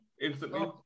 instantly